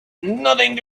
nothing